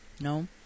No